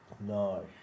No